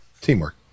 Teamwork